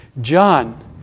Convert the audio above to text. John